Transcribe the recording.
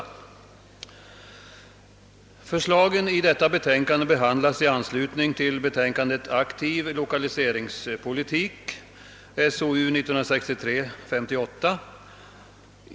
Förslagen i detta betänkande behandlades i anslutning till betänkandet »Aktiv lokaliseringspolitik» SOU 1963: 58.